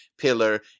Pillar